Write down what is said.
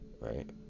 right